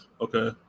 Okay